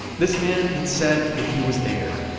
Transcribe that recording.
this man had said that he was there,